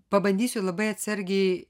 pabandysiu labai atsargiai